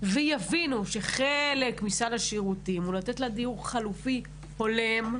ויבינו שחלק מסל השירותים הוא לתת לה דיור חלופי הולם,